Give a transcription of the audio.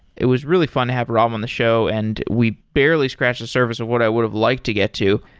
it was really fun to have rob on the show and we barely scratched the surface of what i would have liked to get to.